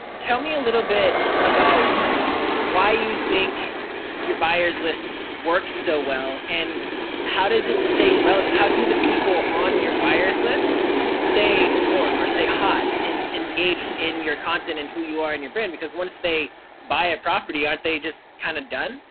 tell me a little bit about why you think your buyers list works so well and how does it stay relevant? how do the people on your buyers list stay warm, or stay hot, engaged in your content and who you are in your brand? because once they buy a property, aren't they just kind of done?